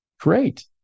Great